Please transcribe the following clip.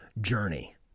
journey